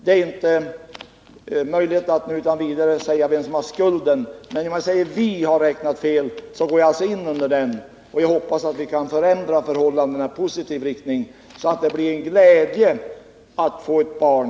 Det är inte möjligt att nu utan vidare säga vem som bär skulden, men jag kan ju säga att vi har räknat fel. Därmed uttrycker jag en förhoppning om att vi kan förändra förhållandena i positiv riktning så att det blir en glädje att få ett barn.